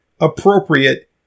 appropriate